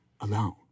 alone